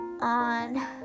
on